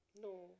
No